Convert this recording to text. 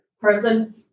person